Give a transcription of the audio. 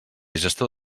gestor